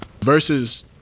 Versus